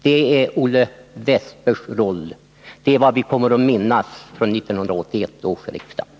Det är Olle Wästbergs roll. Det är vad vi kommer att minnas av den här debatten från 1981 års riksmöte.